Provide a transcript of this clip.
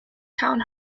town